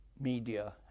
media